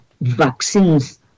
vaccines